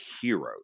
heroes